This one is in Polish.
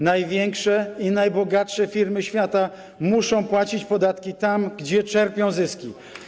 Największe i najbogatsze firmy świata muszą płacić podatki tam, gdzie czerpią zyski.